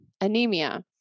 anemia